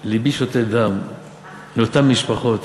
לבי שותת דם על אותן משפחות